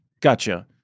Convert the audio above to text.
Gotcha